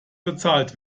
bezahlt